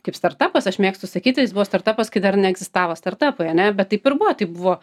kaip startapas aš mėgstu sakyti jis buvo startapas kai dar neegzistavo startapai ane bet taip ir buvo tai buvo